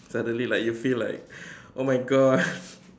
suddenly like you feel like oh my God